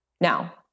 Now